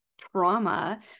trauma